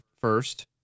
first